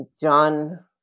John